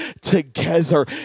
together